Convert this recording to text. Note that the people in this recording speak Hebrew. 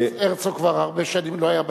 הרצוג כבר הרבה שנים לא היה בשלטון,